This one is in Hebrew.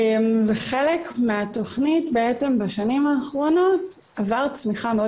וחלק מהתוכנית בעצם בשנים האחרונות עבר צמיחה מאוד